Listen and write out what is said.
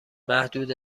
محدود